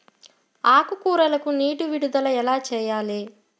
ఆకుకూరలకు నీటి విడుదల ఎలా చేయాలి?